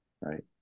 right